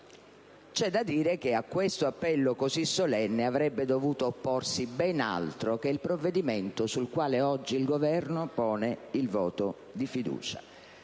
c'è da dire che a questo appello così solenne avrebbe dovuto opporsi ben altro che il provvedimento sul quale oggi il Governo pone la questione di fiducia.